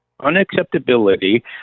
unacceptability